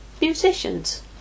musicians